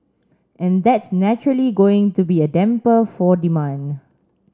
and that's naturally going to be a damper for demand